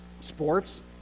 Sports